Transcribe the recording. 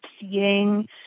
seeing